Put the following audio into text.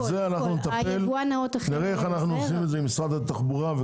נראה איך אנחנו עושים את זה עם משרד התחבורה.